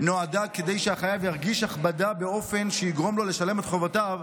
שהחייב ירגיש הכבדה באופן שיגרום לו לשלם את חובותיו,